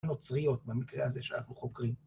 נוצריות במקרה הזה שאנחנו חוקרים.